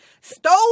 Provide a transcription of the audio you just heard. stole